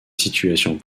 situation